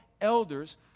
elders